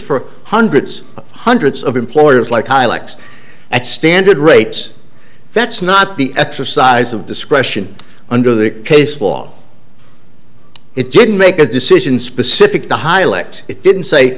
for hundreds of hundreds of employers like highlights at standard rates that's not the exercise of discretion under the case law it didn't make a decision specific to highlights it didn't say